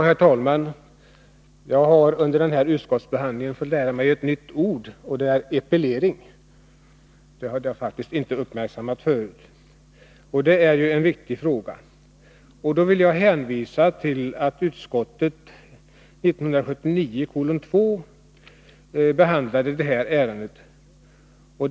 Herr talman! Jag har under den här utskottsbehandlingen fått lära mig ett nytt ord — epilering. Jag hade inte uppmärksammat det tidigare. Det är en viktig fråga. Jag vill hänvisa till att utskottet 1979 behandlade detta ärende.